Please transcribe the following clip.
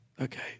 okay